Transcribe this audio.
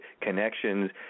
Connections